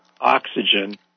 oxygen